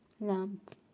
lamp